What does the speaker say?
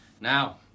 Now